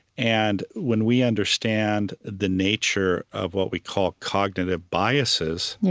and when we understand the nature of what we call cognitive biases,